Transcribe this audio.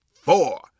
four